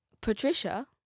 Patricia